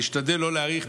נשתדל לא להאריך,